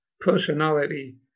personality